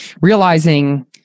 realizing